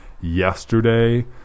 yesterday